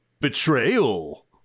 Betrayal